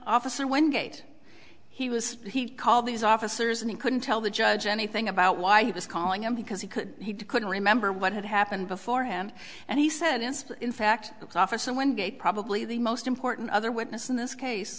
gate he was he called these officers and he couldn't tell the judge anything about why he was calling him because he could he couldn't remember what had happened beforehand and he said in fact officer when gate probably the most important other witness in this case